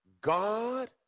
God